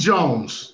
Jones